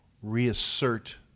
reassert